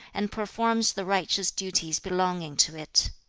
and performs the righteous duties belonging to it.